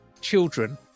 children